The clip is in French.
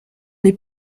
les